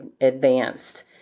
advanced –